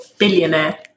billionaire